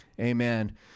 Amen